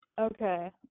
Okay